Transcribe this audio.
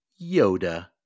Yoda